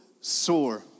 sore